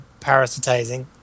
parasitizing